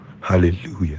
Hallelujah